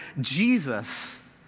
Jesus